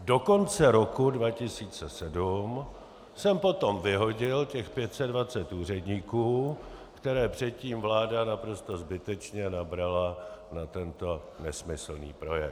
Do konce roku 2007 jsem potom vyhodil těch 520 úředníků, které předtím vláda naprosto zbytečně nabrala na tento nesmyslný projekt.